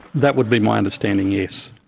that would be my understanding, yes.